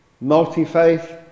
multi-faith